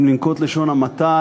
אם לנקוט לשון המעטה,